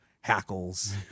hackles